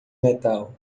metal